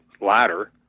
ladder